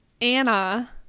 Anna